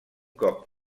cop